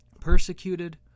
persecuted